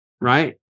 right